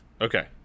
okay